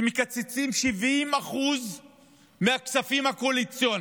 שמקצצים 70% מהכספים הקואליציוניים,